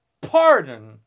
pardon